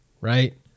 right